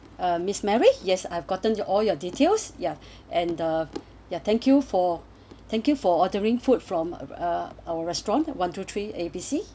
um miss mary yes I've gotten to all your details ya and the ya thank you for thank you for ordering food from uh our restaurant one two three A B C